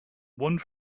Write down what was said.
one